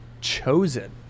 chosen